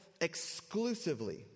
exclusively